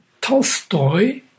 Tolstoy